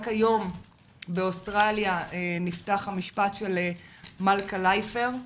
רק היום באוסטרליה נפתח המשפט של מלכה לייפר,